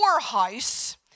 house